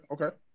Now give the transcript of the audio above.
Okay